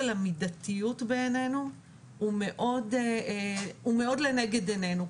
המידתיות בעינינו הוא מאוד לנגד עינינו.